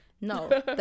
No